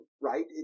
right